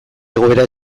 egoera